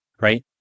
right